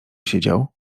siedział